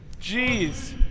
Jeez